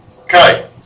Okay